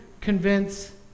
convince